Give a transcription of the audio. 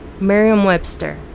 merriam-webster